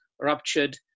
ruptured